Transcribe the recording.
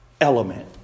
element